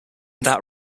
that